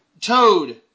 Toad